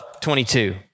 22